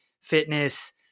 fitness